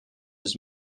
his